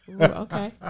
Okay